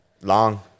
Long